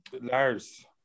Lars